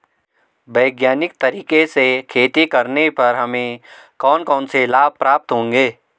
वैज्ञानिक तरीके से खेती करने पर हमें कौन कौन से लाभ प्राप्त होंगे?